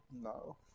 No